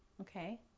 Okay